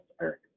earth